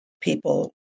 people